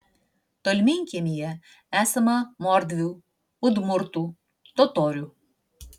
tolminkiemyje esama mordvių udmurtų totorių